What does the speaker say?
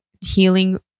healing